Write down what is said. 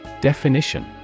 Definition